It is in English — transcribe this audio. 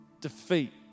defeat